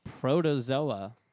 Protozoa